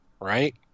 right